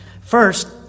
First